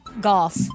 Golf